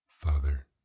Father